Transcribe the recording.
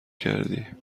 کردی